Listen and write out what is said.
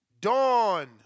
Dawn